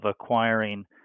acquiring